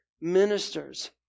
ministers